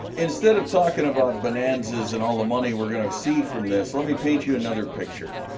instead of talking about bonanzas and all the money we're gonna see from this let me paint you another picture